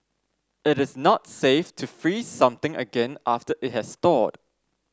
it is not safe to freeze something again after it has thawed